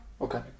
Okay